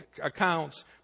accounts